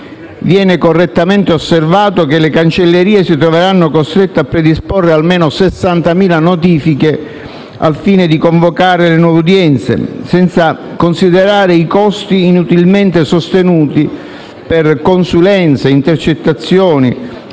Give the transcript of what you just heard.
Viene correttamente osservato che le cancellerie si troveranno costrette a predisporre almeno 60.000 notifiche, al fine di convocare le nuove udienze, senza considerare i costi inutilmente sostenuti per consulenze e intercettazioni: